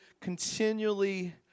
continually